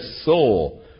soul